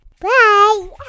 Bye